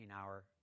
hour